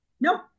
Nope